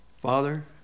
Father